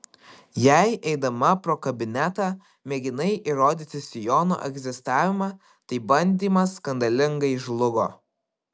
jei eidama pro kabinetą mėginai įrodyti sijono egzistavimą tai bandymas skandalingai žlugo